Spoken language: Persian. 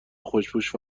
خوشپوش